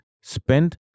spent